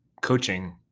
coaching